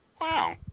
Wow